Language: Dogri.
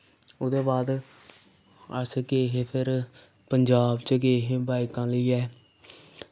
उ'दे बाद अस गे हे फिर पंजाब च गे हे बाइकां लेइयै